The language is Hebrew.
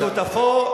שותפו,